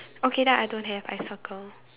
okay then I don't have I circle